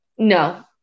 No